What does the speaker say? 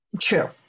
True